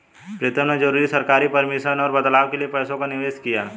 प्रीतम ने जरूरी सरकारी परमिशन और बदलाव के लिए पैसों का निवेश किया